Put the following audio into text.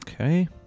Okay